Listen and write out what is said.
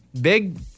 Big